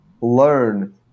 learn